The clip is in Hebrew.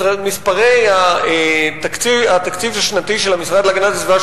מספרי התקציב השנתי של המשרד להגנת הסביבה,